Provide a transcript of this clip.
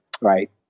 right